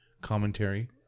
commentary